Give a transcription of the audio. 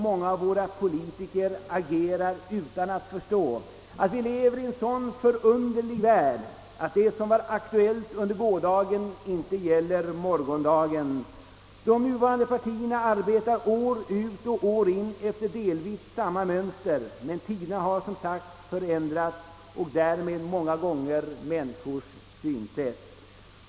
Många av våra politiker agerar utan att förstå att vi lever i en så föränderlig värld, att det som var aktuellt under gårdagen inte gäller under morgondagen. De nuvarande partierna arbetar år ut och år in efter delvis samma mönster, men tiderna har som sagt förändrats och därmed många gånger även människors synsätt.